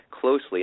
closely